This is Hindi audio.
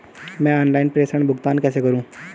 मैं ऑनलाइन प्रेषण भुगतान कैसे करूँ?